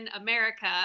America